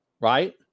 right